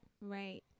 right